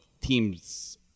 teams